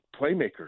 playmakers